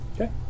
Okay